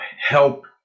help